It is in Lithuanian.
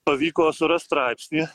pavyko surast straipsnį